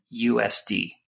USD